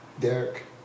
Derek